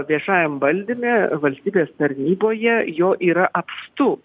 viešajam valdyme valstybės tarnyboje jo yra apstu